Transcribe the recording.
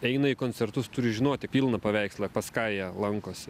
eina į koncertus turi žinoti pilną paveikslą pas ką jie lankosi